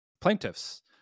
plaintiffs